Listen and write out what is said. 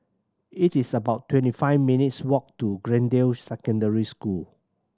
it is about twenty five minutes' walk to Greendale Secondary School